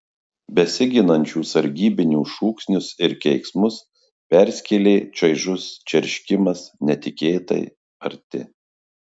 besiginančių sargybinių šūksnius ir keiksmus perskėlė čaižus čerškimas netikėtai arti